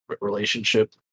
relationship